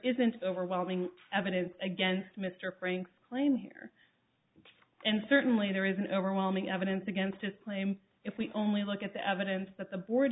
isn't overwhelming evidence against mr frank's claim here and certainly there is an overwhelming evidence against a claim if we only look at the evidence that the board